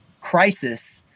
crisis